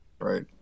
Right